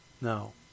No